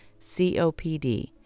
COPD